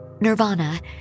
nirvana